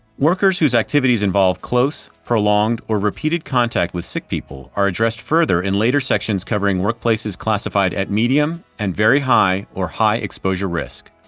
workers whose activities involve close, prolonged or repeated contact with sick people are addressed further in later sections covering workplaces classified at medium and very high or high exposure risk.